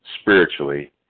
spiritually